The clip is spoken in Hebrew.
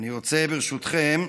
ואני רוצה, ברשותכם,